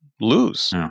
Lose